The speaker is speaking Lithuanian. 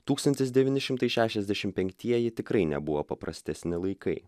tūkstantis devyni šimtai šešiasdešim penktieji tikrai nebuvo paprastesni laikai